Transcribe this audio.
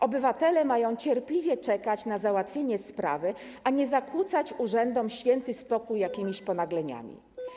Obywatele mają cierpliwie czekać na załatwienie sprawy, a nie zakłócać urzędom święty spokój jakimiś ponagleniami.